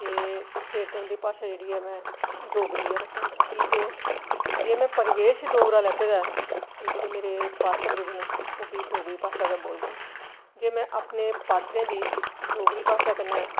ते फिर ते उंदी भाशा जेह्ड़ी ऐ में डोगरी गै रक्खङ की जे में परिवेश डोगरा लैते दा ऐ जेह्डे़ मेरे पात्र जेह्डे़ न ओह् बी डोगरी भाशा गै बोलगङन जे में अपने पात्रें दी डोगरी भाशा कन्नै